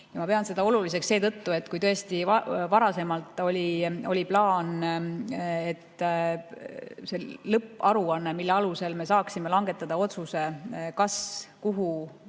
Aga ma pean seda oluliseks seetõttu, et kui tõesti varem oli plaan see lõpparuanne, mille alusel me saaksime langetada otsuse, kas